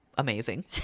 amazing